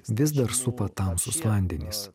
vis dar supa tamsūs vandenys